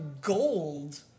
gold